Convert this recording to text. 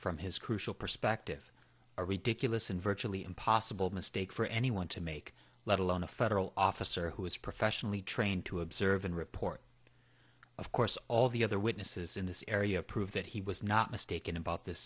from his crucial perspective a ridiculous and virtually impossible mistake for anyone to make let alone a federal officer who is professionally trained to observe and report of course all the other witnesses in this area prove that he was not mistaken about this